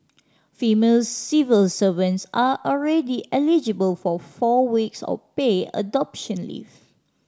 female civil servants are already eligible for four weeks of paid adoption leave